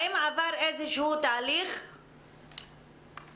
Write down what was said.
האם עבר איזשהו תהליך אתו,